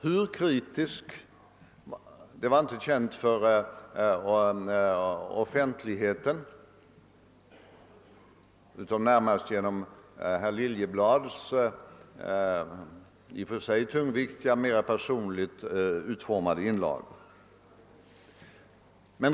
Hur kritisk man var kände inte offentligheten till annat än genom dr Liljeblads i och för sig tungviktiga men mera personligt utformade inlagor.